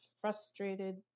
frustrated